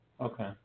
Okay